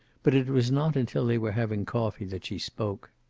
but it was not until they were having coffee that she spoke.